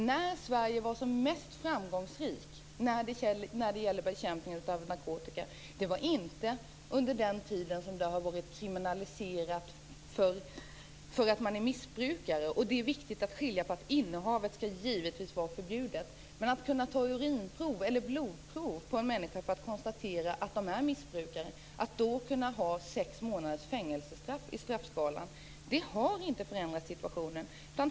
När Sverige varit som mest framgångsrikt i bekämpningen av narkotika har inte varit under den tid då man kriminaliserat missbrukare. Det är viktigt att poängtera att innehavet givetvis skall vara förbjudet. Att genom ett urinprov eller ett blodprov på en människa konstatera att någon är missbrukare och sedan döma till sex månaders fängelse har inte förändrat situationen.